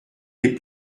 les